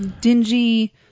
dingy